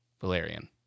Valerian